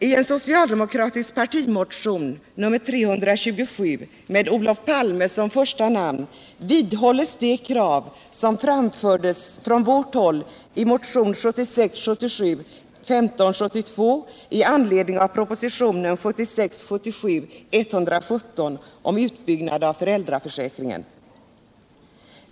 I en socialdemokratisk partimotion nr 327 med Olof Palme som första namn vidhålls de krav som framfördes från vårt håll i motionen 1976 77:117 om utbyggnad av föräldraförsäkringen.